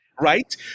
right